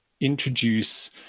introduce